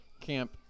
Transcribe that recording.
Camp